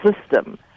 system